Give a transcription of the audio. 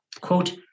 Quote